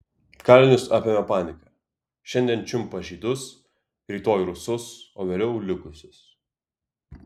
kalinius apėmė panika šiandien čiumpa žydus rytoj rusus o vėliau likusius